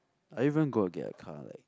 are you even gonna get a car like